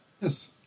Yes